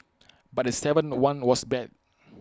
but the Seven one was bad